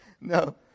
no